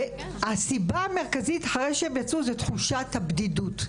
הסיבה המרכזית אחרי שהן יצאו זה תחושת הבדידות,